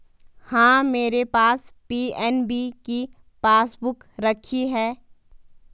हाँ, मेरे पास पी.एन.बी की पासबुक रखी है